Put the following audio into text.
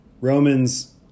Romans